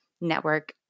network